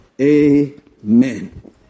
Amen